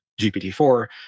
GPT-4